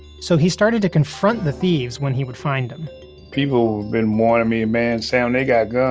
so he started to confront the thieves when he would find them people been warning me, man, sam, they got guns,